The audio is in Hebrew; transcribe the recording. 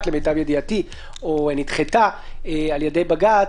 למיטב ידיעתי או נדחתה על ידי בג"ץ,